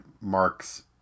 marks